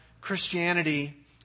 Christianity